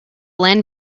land